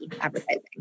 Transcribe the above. advertising